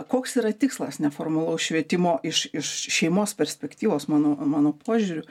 koks yra tikslas neformalaus švietimo iš iš šeimos perspektyvos mano mano požiūriu